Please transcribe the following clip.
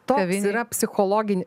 toks yra psichologinis